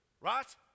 right